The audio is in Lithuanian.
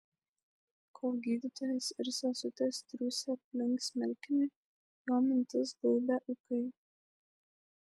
kol gydytojas ir sesutės triūsė aplink smilkinį jo mintis gaubė ūkai